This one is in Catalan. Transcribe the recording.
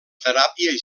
teràpia